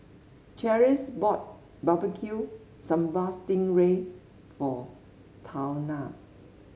Cherise bought Barbecue Sambal Sting Ray for Tawnya